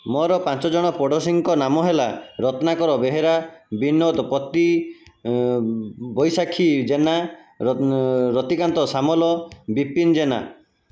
ମୋର ପାଞ୍ଚ ଜଣ ପଡ଼ୋଶୀଙ୍କ ନାମ ହେଲା ରତ୍ନାକର ବେହେରା ବିନୋଦ ପତି ବୈଶାଖୀ ଜେନା ରତିକାନ୍ତ ସାମଲ ବିପିନ ଜେନା